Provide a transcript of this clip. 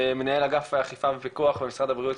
מנהל אגף אכיפה ופיקוח במשרד הבריאות,